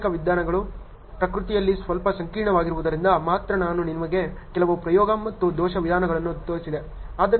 ವೈಜ್ಞಾನಿಕ ವಿಧಾನಗಳು ಪ್ರಕೃತಿಯಲ್ಲಿ ಸ್ವಲ್ಪ ಸಂಕೀರ್ಣವಾಗಿರುವುದರಿಂದ ಮಾತ್ರ ನಾನು ನಿಮಗೆ ಕೆಲವು ಪ್ರಯೋಗ ಮತ್ತು ದೋಷ ವಿಧಾನಗಳನ್ನು ತೋರಿಸಿದೆ